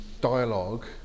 dialogue